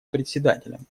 председателем